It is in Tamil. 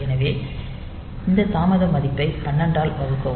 எனவே இந்த தாமத மதிப்பை 12 ஆல் வகுக்கவும்